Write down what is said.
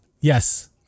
Yes